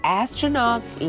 astronauts